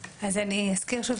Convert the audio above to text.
אני אזכיר שוב,